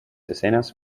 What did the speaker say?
escenas